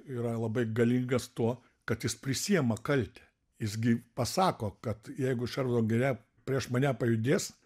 yra labai galingas tuo kad jis prisiima kaltę jis gi pasako kad jeigu šervudo giria prieš mane pajudės